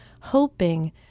hoping